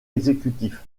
exécutif